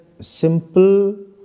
simple